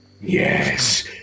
Yes